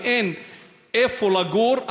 אם אין איפה לגור,